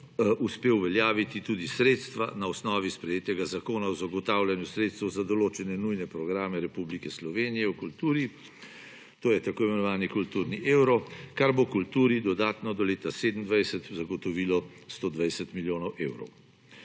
uspel uveljaviti tudi sredstva na osnovi sprejetega Zakona o zagotavljanju sredstev za določene nujne programe Republike Slovenije v kulturi, to je tako imenovan kulturni evro, kar bo kulturi dodatno do leta 2027 zagotovilo 120 milijonov evrov.